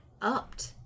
upped